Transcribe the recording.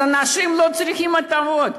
אז אנשים לא צריכים הטבות.